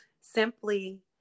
simply